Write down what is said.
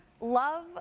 love